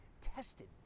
tested